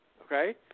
Okay